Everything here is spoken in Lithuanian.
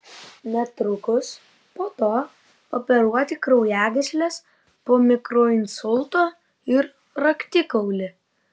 netrukus po to operuoti kraujagysles po mikroinsulto ir raktikaulį